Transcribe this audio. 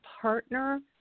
partner